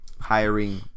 hiring